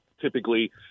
typically